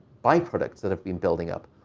byproducts that have been building up.